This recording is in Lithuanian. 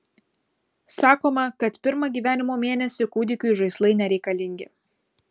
sakoma kad pirmą gyvenimo mėnesį kūdikiui žaislai nereikalingi